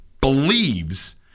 believes